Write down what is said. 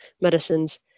medicines